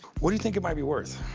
what do you think it might be worth?